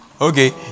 Okay